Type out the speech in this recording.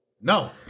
No